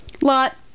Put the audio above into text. Lot